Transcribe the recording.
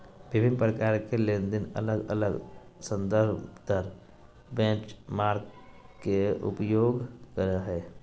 विभिन्न प्रकार के लेनदेन अलग अलग संदर्भ दर बेंचमार्क के उपयोग करो हइ